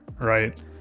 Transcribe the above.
Right